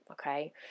Okay